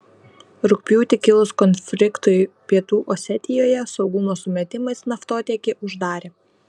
rugpjūtį kilus konfliktui pietų osetijoje saugumo sumetimais naftotiekį uždarė